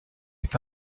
est